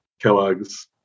Kellogg's